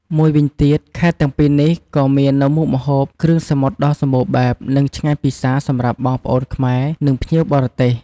មួយវិញទៀត ខេត្តទាំងពីរនេះក៏មាននៅមុខម្ហូបគ្រឿងសមុទ្រដ៏សម្បូរបែប និងឆ្ងាញ់ពិសារសម្រាប់បងប្អូនខ្មែរ និងភ្ញៀវបរទេស។